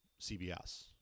CBS